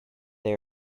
they